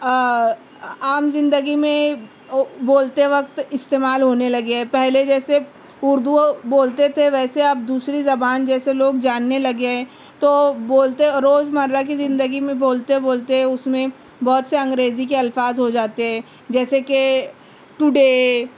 عام زندگی میں بولتے وقت استعمال ہونے لگے ہیں پہلے جیسے اُردو بولتے تھے ویسے اب دوسری زبان جیسے لوگ جاننے لگے ہیں تو بولتے روز مرہ كی زندگی میں بولتے بولتے اُس میں بہت سے انگریزی كے الفاظ ہو جاتے ہیں جیسے کہ ٹو ڈے